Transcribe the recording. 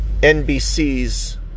NBC's